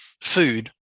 food